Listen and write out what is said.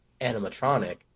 animatronic